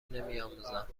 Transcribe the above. نمیآموزند